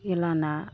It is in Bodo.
जेब्लाना